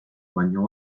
baino